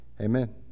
Amen